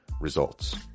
Results